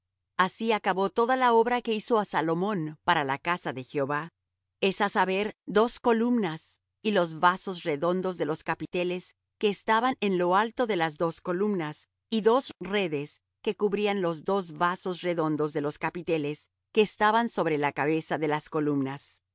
así acabó toda la obra que hizo á salomón para la casa de jehová es á saber dos columnas y los vasos redondos de los capiteles que estaban en lo alto de las dos columnas y dos redes que cubrían los dos vasos redondos de los capiteles que estaban sobre la cabeza de las columnas y